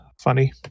funny